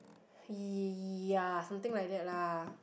y~ ya something like that lah